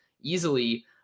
easily